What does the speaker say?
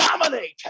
dominate